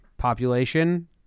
Population